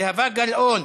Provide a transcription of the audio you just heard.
זהבה גלאון,